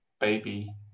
baby